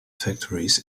factories